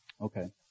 Okay